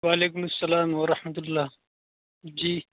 و علیکم السّلام و رحمۃ اللہ جی